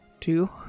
two